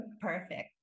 perfect